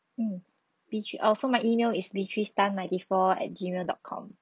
mm beat~ oh so my email is beatrice tan ninety four at gmail dot com